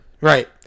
Right